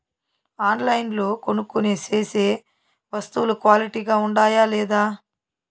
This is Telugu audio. ఆన్లైన్లో కొనుక్కొనే సేసే వస్తువులు క్వాలిటీ గా ఉండాయా లేదా?